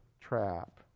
trap